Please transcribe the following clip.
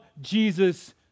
Jesus